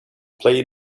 play